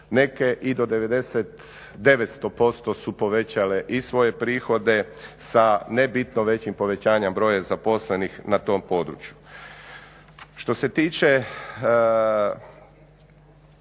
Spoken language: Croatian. neke i do 990% su povećale i svoje prihode sa ne bitno većim povećanjem broja zaposlenih na tom području. Što se tiče